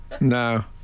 No